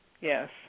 Yes